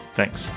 Thanks